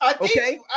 okay